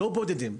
לא בודדים.